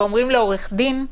ואומרים לעורך הדין,